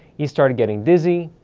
he started getting dizzy,